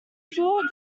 four